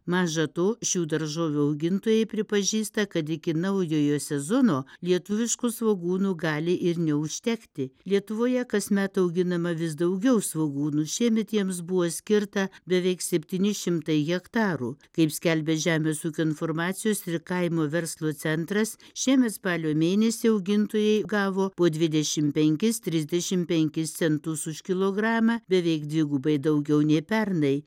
maža to šių daržovių augintojai pripažįsta kad iki naujojo sezono lietuviškų svogūnų gali ir neužtekti lietuvoje kasmet auginama vis daugiau svogūnų šiemet jiems buvo skirta beveik septyni šimtai hektarų kaip skelbia žemės ūkio informacijos ir kaimo verslo centras šiemet spalio mėnesį augintojai gavo po dvidešimt penkis trisdešimt penkis centus už kilogramą beveik dvigubai daugiau nei pernai